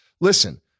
listen